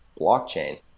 blockchain